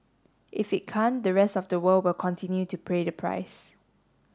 if it can't the rest of the world will continue to pray the price